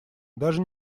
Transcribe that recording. даже